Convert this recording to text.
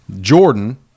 Jordan